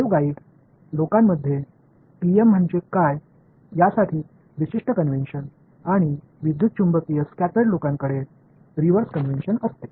wave guide लोकांमध्ये TM म्हणजे काय यासाठी विशिष्ट कन्व्हेन्शन आणि विद्युत चुंबकीय स्कॅटर्ड लोकांकडे रिव्हर्स कन्व्हेन्शन असते